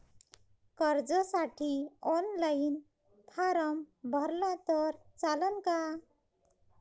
कर्जसाठी online form भरला तर चालन का?